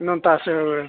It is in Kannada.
ಇನ್ನೊಂದು ತಾಸು